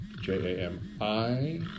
J-A-M-I